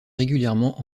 régulièrement